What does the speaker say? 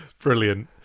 brilliant